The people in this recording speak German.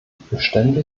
bestände